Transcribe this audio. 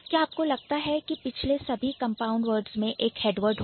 क्या आपको लगता है कि पिछले सभी कंपाउंड वर्ड्स में एक एडवर्ड होगा